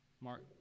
Mark